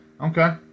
Okay